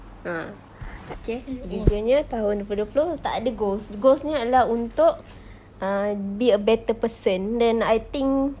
ah okay jujurnya tahun dua puluh dua puluh tak ada goals goals dia adalah untuk uh be a better person then I think